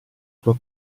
tuo